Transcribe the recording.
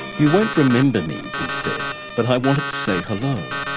you won't remember me he said, but i wanted to say hello.